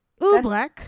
Oobleck